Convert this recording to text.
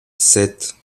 sept